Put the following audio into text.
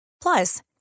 Plus